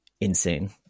Insane